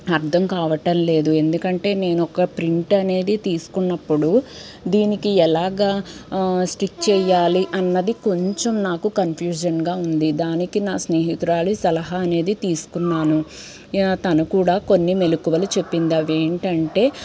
అర్థం కావటం లేదు ఎందుకంటే నేనొక ప్రింట్ అనేది తీసుకునేటప్పుడు దీనికి ఎలాగ స్టిక్ చేయాలి అన్నది కొంచెం నాకు కన్ఫ్యూజన్గా ఉంది దానికి నా స్నేహితురాలు సలహా అనేది తీసుకున్నాను తను కూడా కొన్ని మెలుకువలు చెప్పింది అవి ఏమిటంటే